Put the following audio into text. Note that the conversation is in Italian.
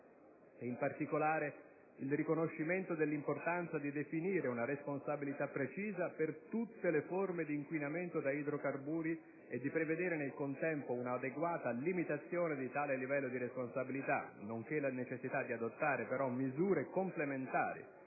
in particolare il riconoscimento dell'importanza di definire una responsabilità precisa per tutte le forme di inquinamento da idrocarburi e di prevedere nel contempo un'adeguata limitazione di tale livello di responsabilità, nonché la necessità di adottare misure complementari